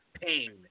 pain